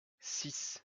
six